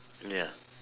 ya